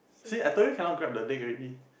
see I told you cannot grab the leg already